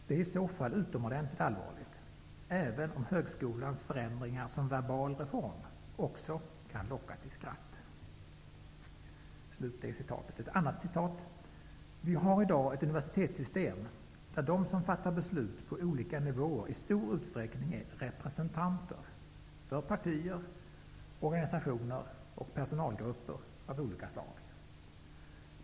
Det är i så fall utomordentligt allvarligt, även om ''Högskolans förändringar som verbal reform' också kan locka till skratt.'' Ett annat citat: ''Vi har i dag ett universitetssystem där de som fattar beslut på olika nivåer i stor utsträckning är ''representanter' -- för olika partier, organisationer och personalgrupper av olika slag.